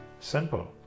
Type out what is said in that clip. Simple